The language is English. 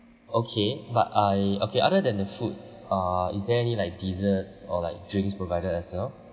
okay but I okay other than the food uh is there any like desserts or like drinks provided as well